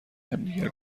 همدیگر